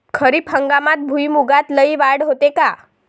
खरीप हंगामात भुईमूगात लई वाढ होते का?